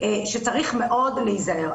שצריך מאוד להיזהר.